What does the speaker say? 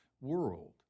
world